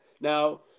Now